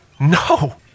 No